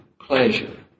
pleasure